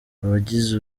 abagize